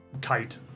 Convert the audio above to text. kite